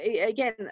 again